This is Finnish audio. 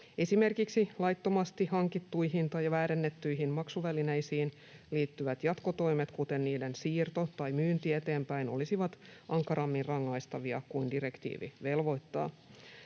Esimerkiksi laittomasti hankittuihin tai väärennettyihin maksuvälineisiin liittyvät jatkotoimet, kuten niiden siirto tai myynti eteenpäin, olisivat ankarammin rangaistavia kuin direktiivi velvoittaa.